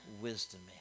wisdom